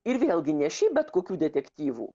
ir vėlgi ne šiaip bet kokių detektyvų